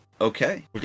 Okay